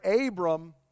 Abram